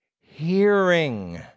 hearing